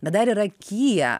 bet dar yra kija